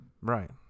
right